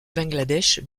bangladesh